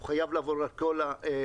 הוא חייב לעבור על כל הפרמטרים,